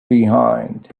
behind